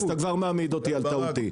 אז אתה כבר מעמיד אותי על טעותי.